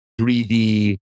3D